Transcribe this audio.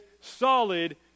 solid